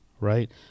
right